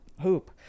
hoop